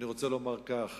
אני רוצה לומר כך.